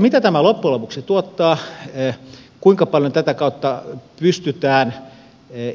mitä tämä loppujen lopuksi tuottaa kuinka paljon tätä kautta pystytään